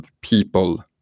people